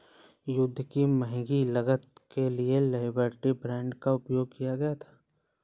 युद्ध की महंगी लागत के लिए लिबर्टी बांड का उपयोग किया गया था